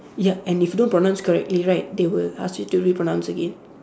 ya and if you don't pronounce correctly right they will ask you to repronounce again